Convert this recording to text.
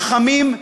חכמים,